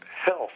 health